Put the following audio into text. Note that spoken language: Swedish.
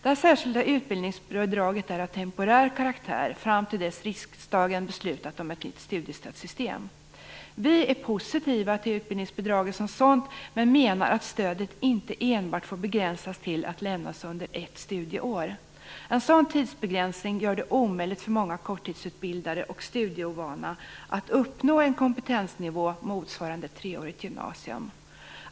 Det särskilda utbildningsbidraget är av temporär karaktär och gäller fram till dess riksdagen har beslutat om ett nytt studiestödssystem. Vi är positiva till utbildningsbidraget som sådant men menar att stödet inte enbart får begränsas till ett studieår. En sådan tidsbegränsning gör det omöjligt för många korttidsutbildade och studieovana att uppnå en kompetensnivå motsvarande treårigt gymnasium.